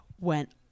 went